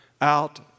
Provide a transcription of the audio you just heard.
out